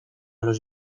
los